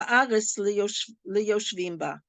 ‫האגס ליושבים בה.